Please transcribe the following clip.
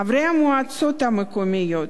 חברי המועצות המקומיות,